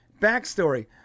Backstory